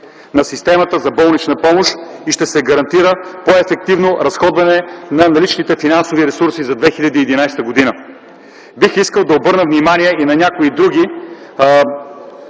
на системата за болнична помощ и ще се гарантира по-ефективно разходване на наличните финансови ресурси за 2011 г. Бих искал да обърна внимание и на някои други